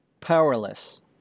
powerless